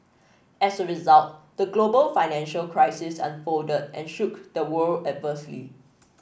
as a result the global financial crisis unfolded and shook the world adversely